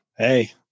Hey